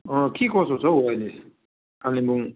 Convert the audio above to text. अँ के कसो छ हौ अहिले कालेबुङ